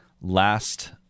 last